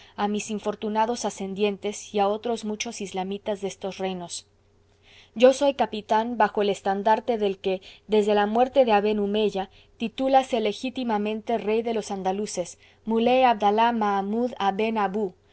a mis infortunados ascendientes y a otros muchos islamitas de estos reinos yo soy capitán bajo el estandarte del que desde la muerte de aben humeya titúlase legítimamente rey de los andaluces muley abdalá mahamud aben aboó el cual